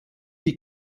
die